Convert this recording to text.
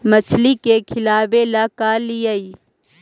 मछली के खिलाबे ल का लिअइ?